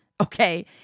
okay